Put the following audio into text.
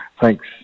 thanks